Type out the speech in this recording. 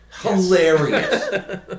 hilarious